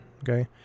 okay